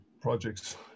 projects